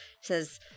Says